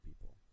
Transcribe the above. people